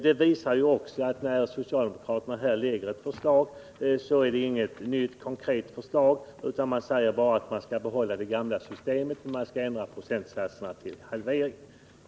Men det visar också att när socialdemokraterna här lägger fram sitt förslag, så är det inget nytt konkret förslag, utan de säger bara att man skall behålla det gamla systemet men ändra procentsatserna genom en halvering.